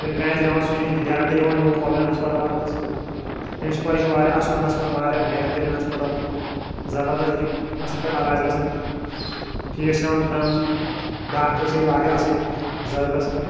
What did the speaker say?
ییٚلہِ کانٛہہ آسہِ بیٚمار سُہ چھُ ڈاریٚکٹہٕ یِوان یوٗرۍ کۄلگامہِ ہسپَتالس منٛز تٔمِس چھِ پَے یہِ چھُ واریاہ اصٕل ہسپتال واریاہ بہتریٖن ہَسپَتال زَبردست ییٚتہِ چھِ اصٕل پٲٹھۍ علاج گژھان فیٖس ہیٚوان کَم ڈاکٹر چھِ ییٚتہِ واریاہ اصٕل زَبردَست پٲٹھۍ